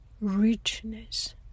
richness